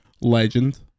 Legend